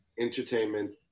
entertainment